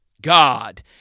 God